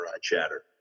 Chatter